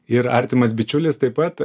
ir artimas bičiulis taip pat